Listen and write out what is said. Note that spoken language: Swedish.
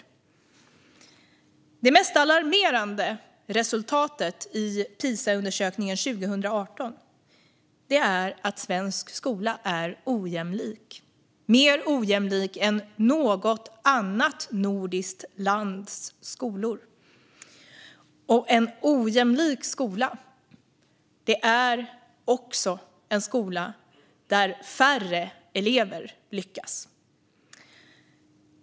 Men det mest alarmerande resultatet i Pisaundersökningen 2018 är att svensk skola är ojämlik - mer ojämlik än något annat nordiskt lands skola. Och en ojämlik skola är en skola där färre elever lyckas.